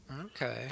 Okay